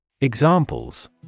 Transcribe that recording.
Examples